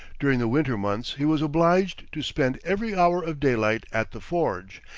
during the winter months he was obliged to spend every hour of daylight at the forge,